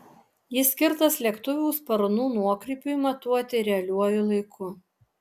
jis skirtas lėktuvų sparnų nuokrypiui matuoti realiuoju laiku